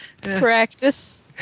Practice